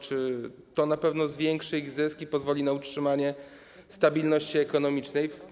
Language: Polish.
Czy to na pewno zwiększy ich zyski, pozwoli na utrzymanie stabilności ekonomicznej?